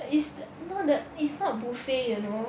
is not the is not buffet you know